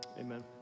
Amen